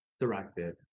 directed